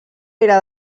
pere